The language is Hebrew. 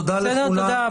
תודה לכולם.